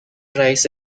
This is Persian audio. رئیس